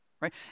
right